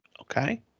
Okay